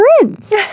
prince